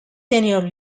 senior